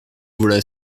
voilà